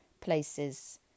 places